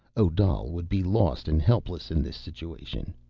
odal would be lost and helpless in this situation.